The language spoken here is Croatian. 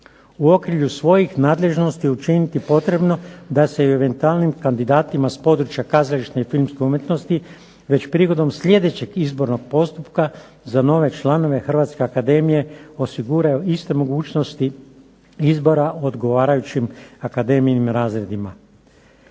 u okrilju svojih nadležnosti učiniti potrebno da se i eventualnim kandidatima s područja kazališne i filmske umjetnosti već prigodom sljedećeg izbornog postupka za nove članove Hrvatske akademije osiguraju iste mogućnosti izbora odgovarajućim akademijinim razredima.